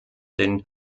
den